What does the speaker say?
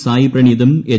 സായ് പ്രണീതും എച്ച്